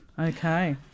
Okay